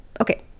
okay